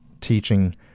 teaching